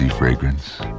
Fragrance